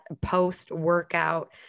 post-workout